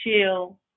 chill